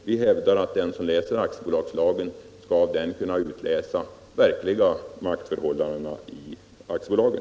Vi hävdar att den som studerar aktiebolagslagen där skall kunna avläsa de verkliga maktförhållandena i aktiebolagen.